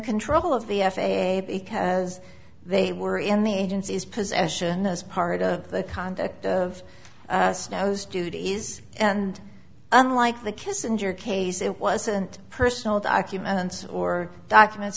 control of the f a a because they were in the agency's possession as part of the conduct of snow's duties and unlike the kissinger case it wasn't personal documents or documents